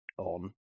on